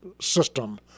system